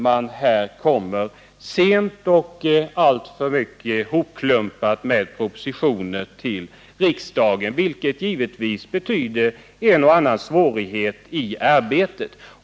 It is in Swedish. Man har kommit alltför sent och alltför hopklumpat med propositioner till riksdagen, vilket givetvis betyder en och annan svårighet i arbetet.